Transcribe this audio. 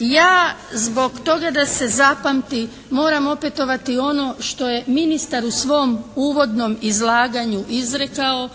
Ja zbog toga da se zapamti moram opetovati ono što je ministar u svom uvodnom izlaganju izrekao,